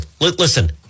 Listen